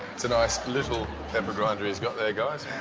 it's a nice little pepper grinder he's got there, guys.